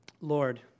Lord